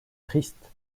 triste